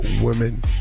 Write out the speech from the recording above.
women